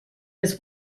his